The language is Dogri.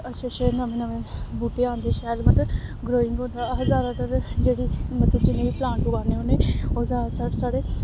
अच्छे अच्छे नमें नमें बूह्टे आंदे शैल मतलब ग्रोइंग होंदा अस जादातर जेह्ड़ी मतलब जिन्ने बी प्लांट उगान्ने होन्ने ओह् जादातर साढ़े